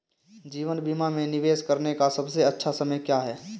जीवन बीमा में निवेश करने का सबसे अच्छा समय क्या है?